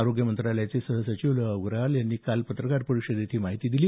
आरोग्य मंत्रालयाचे सहसचिव लव अग्रवाल यांनी काल पत्रकार परिषदेत ही माहिती दिली